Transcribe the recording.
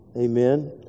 amen